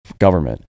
government